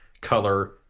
color